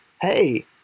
hey